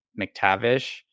McTavish